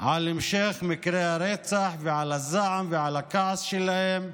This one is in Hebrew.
על המשך מקרי הרצח, להביע את הזעם ואת הכעס שלהם,